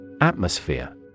Atmosphere